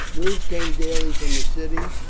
news came daily from the city,